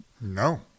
No